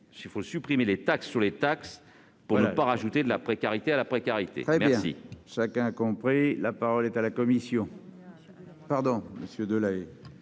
Bref, supprimons les taxes sur les taxes pour ne pas ajouter de la précarité à la précarité !